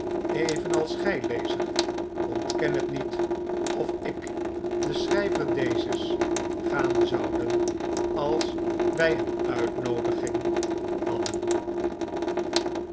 evenals gij lezer ontken het niet of ik de schrijver dezes gaan zouden als wij een uitnoodiging hadden